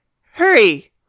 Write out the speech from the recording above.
Hurry